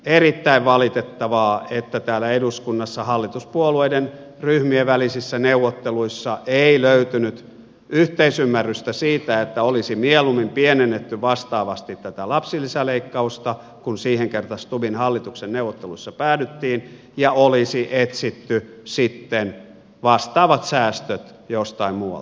erittäin valitettavaa että täällä eduskunnassa hallituspuolueiden ryhmien välisissä neuvotteluissa ei löytynyt yhteisymmärrystä siitä että olisi mieluummin pienennetty vastaavasti tätä lapsilisäleikkausta kun pienennykseen kerta stubbin hallituksen neuvotteluissa päädyttiin ja olisi etsitty sitten vastaavat säästöt jostain muualta